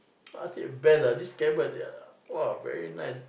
I said best lah this scammer !wah! very nice